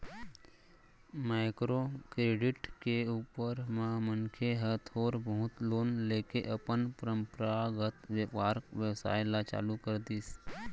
micro credit के रुप म मनखे ह थोर बहुत लोन लेके अपन पंरपरागत बेपार बेवसाय ल चालू कर दिस